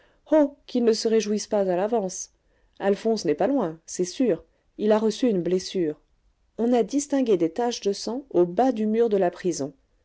qu'ils ne se réjouissent pas à l'avance alphonse n'est pas loin c'est sûr il a reçu une blessure on a distingué des taches de sang au bas du mur de la prison